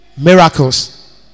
miracles